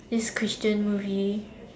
this Christian movie